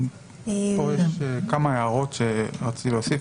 פה יש כמה הערות שרציתי להוסיף.